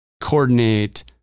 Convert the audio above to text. coordinate